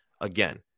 again